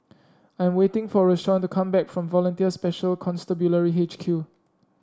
I'm waiting for Rashawn to come back from Volunteer Special Constabulary H Q